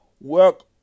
Work